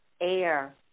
air